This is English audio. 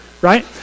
right